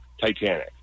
Titanic